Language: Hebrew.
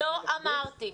לא אמרתי.